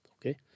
Okay